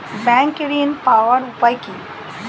Bank ঋণ পাওয়ার উপায় কি?